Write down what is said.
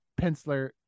penciler